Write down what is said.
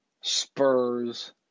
Spurs